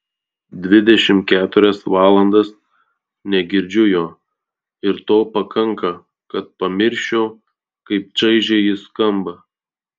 dvidešimt keturias valandas negirdžiu jo ir to pakanka kad pamirščiau kaip čaižiai jis skamba